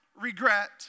regret